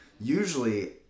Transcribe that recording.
usually